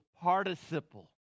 participle